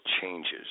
changes